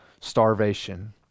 starvation